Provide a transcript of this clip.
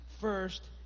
first